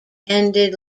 ended